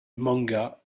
manga